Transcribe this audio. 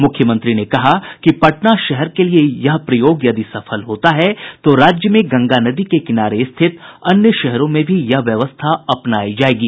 मुख्यमंत्री ने कहा कि पटना शहर के लिये यह प्रयोग यदि सफल होता है तो राज्य में गंगा नदी के किनारे स्थित अन्य शहरों में भी यह व्यवस्था अपनाई जायेगी